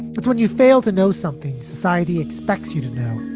it's when you fail to know something society expects you to know